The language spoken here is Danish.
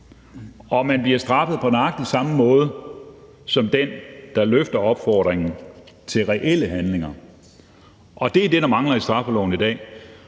så man bliver straffet på nøjagtig samme måde som den, der løfter opfordringen til reelle handlinger. Og det er det, der mangler i straffeloven i dag.